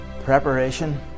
preparation